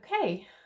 okay